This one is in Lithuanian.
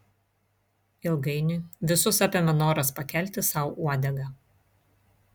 ilgainiui visus apėmė noras pakelti sau uodegą